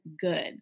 good